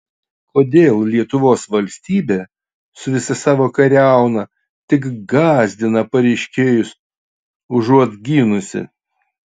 kodėl lietuvos valstybė su visa savo kariauna tik gąsdina pareiškėjus užuot gynusi